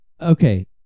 Okay